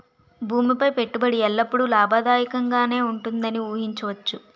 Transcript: భూమి పై పెట్టుబడి ఎల్లప్పుడూ లాభదాయకంగానే ఉంటుందని ఊహించవచ్చు